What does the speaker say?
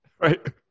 Right